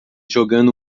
jogando